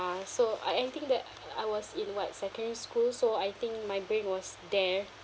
so ah anything that I was in what secondary school so I think my brain was there